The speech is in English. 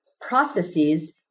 processes